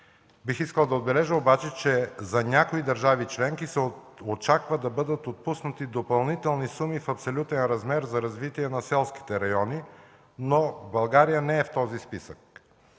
Бих искал да отбележа обаче, че за някои държави членки се очаква да бъдат отпуснати допълнителни суми в абсолютен размер за развитие на селските райони, но България не е в този списък.